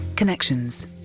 Connections